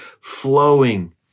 flowing